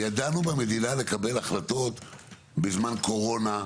וידענו במדינה לקבל החלטות בזמן קורונה,